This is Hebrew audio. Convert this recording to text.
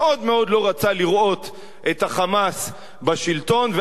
שמאוד מאוד לא רצה לראות את ה"חמאס" בשלטון,